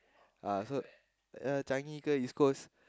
ah so uh Changi ke East-Coast